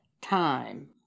time